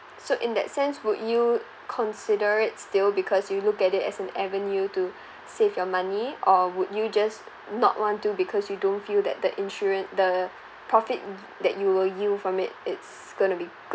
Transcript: so in that sense would you consider it still because you look at it as an avenue to save your money or would you just not want to because you don't feel that the insurance the profit that you will yield from it it's going to be go~